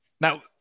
Now